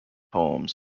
poems